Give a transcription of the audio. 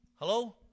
Hello